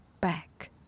back